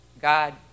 God